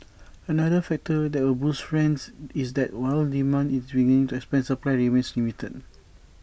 another factor that will boost rents is that while demand is beginning to expand supply remains limited